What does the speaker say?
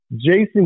Jason